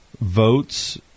votes